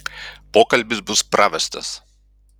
pokalbis bus pravestas